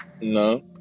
no